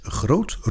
groot